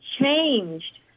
changed